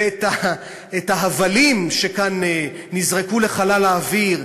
ואת ההבלים שכאן נזרקו לחלל האוויר,